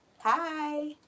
Hi